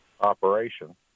operation